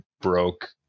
broke